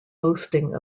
boasting